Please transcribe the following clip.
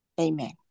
Amen